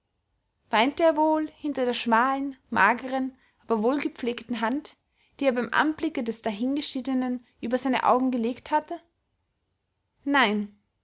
weinte er wohl hinter der schmalen mageren aber wohlgepflegten hand die er beim anblicke des dahingeschiedenen über seine augen gelegt hattet nein